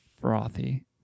Frothy